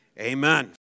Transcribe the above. amen